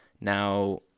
Now